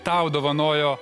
tau dovanojo